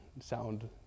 sound